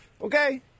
Okay